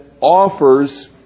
offers